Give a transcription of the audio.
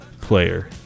player